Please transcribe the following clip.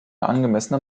angemessene